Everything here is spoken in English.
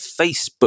Facebook